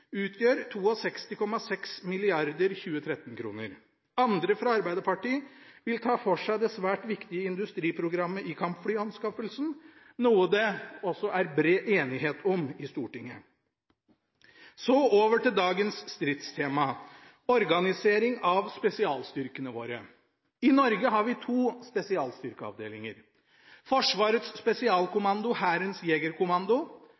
utgjør 62,6 mrd. 2013-kroner. Andre fra Arbeiderpartiet vil ta for seg det svært viktige industriprogrammet i kampflyanskaffelsen – noe det også er bred enighet om i Stortinget. Så over til dagens stridstema: organisering av våre spesialstyrker. I Norge har vi to spesialstyrkeavdelinger: Forsvarets spesialkommando/Hærens jegerkommando